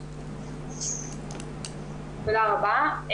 תודה רבה.